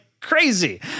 crazy